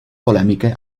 polemiche